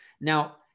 Now